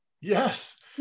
yes